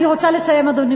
אני רוצה לסיים, אדוני.